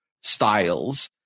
styles